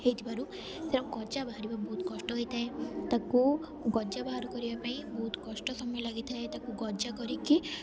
ହେଇଥିବାରୁ ଗଜା ବାହାରିବା ବହୁତ କଷ୍ଟ ହେଇଥାଏ ତାକୁ ଗଜା ବାହାର କରିବା ପାଇଁ ବହୁତ କଷ୍ଟ ସମୟ ଲାଗିଥାଏ ତାକୁ ଗଜା କରିକି